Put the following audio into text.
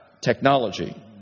technology